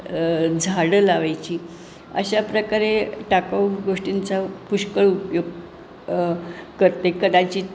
झाडं लावायची अशा प्रकारे टाकाऊ गोष्टींचा पुष्कळ उपयोग करते कदाचित